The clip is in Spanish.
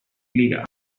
liga